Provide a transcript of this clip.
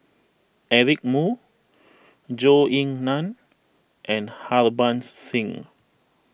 Eric Moo Zhou Ying Nan and Harbans Singh